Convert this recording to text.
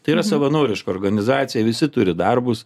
tai yra savanoriška organizacija visi turi darbus